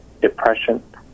depression